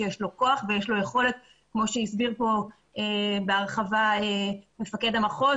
שיש לו כוח ויש לו יכולת כמו שהסביר כאן בהרחבה מפקד המחוז,